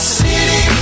city